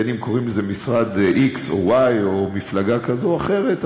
בין אם קוראים לזה משרד x או y או מפלגה כזו או אחרת,